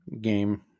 Game